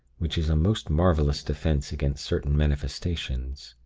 which is a most marvelous defense against certain manifestations.